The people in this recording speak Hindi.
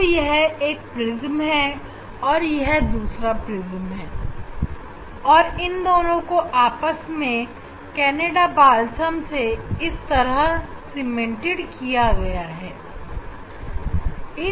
अब यह एक प्रिज्म है और यह दूसरा प्रिज्म है और यह दोनों आपस में कनाडा बालसम से इस तरह सीमेंटेड है